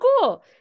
cool